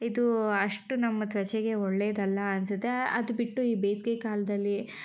ಇದು ಅಷ್ಟು ನಮ್ಮ ತ್ವಚೆಗೆ ಒಳ್ಳೆಯದಲ್ಲ ಅನಿಸುತ್ತೆ ಅದು ಬಿಟ್ಟು ಈ ಬೇಸಿಗೆ ಕಾಲದಲ್ಲಿ